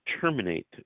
terminate